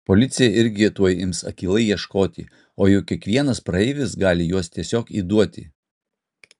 policija irgi tuoj ims akylai ieškoti o juk kiekvienas praeivis gali juos tiesiog įduoti